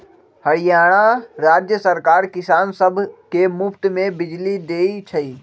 हरियाणा राज्य सरकार किसान सब के मुफ्त में बिजली देई छई